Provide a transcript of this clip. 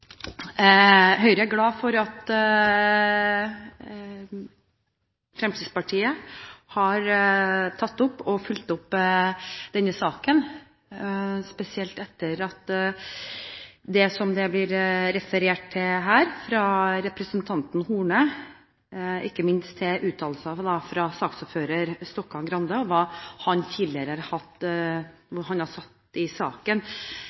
Høyre er glad for at Fremskrittspartiet har tatt opp og fulgt opp denne saken, spesielt ut fra det som representanten Horne har referert til her – ikke minst uttalelsene fra saksordføreren, Stokkan-Grande, hva han tidligere har sagt i saken.